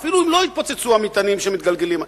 ואפילו אם לא יתפוצצו המטענים שמתגלגלים,